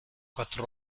quattro